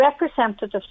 representatives